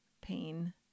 pain